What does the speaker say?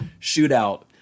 shootout